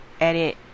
edit